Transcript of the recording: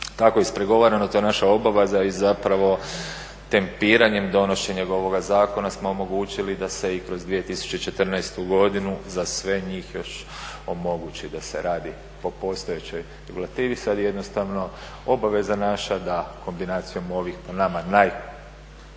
tako je ispregovarano, to je naša obaveza i zapravo tempiranjem donošenjem ovoga zakona smo omogućili da se i kroz 2014. godinu za sve njih još omogući da se radi o postojećoj regulativi, sada je jednostavno obaveza naša da kombinacijom ovih po nama najboljih